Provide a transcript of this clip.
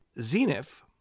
Zenith